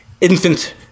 infant